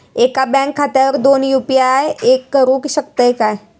एका बँक खात्यावर दोन यू.पी.आय करुक शकतय काय?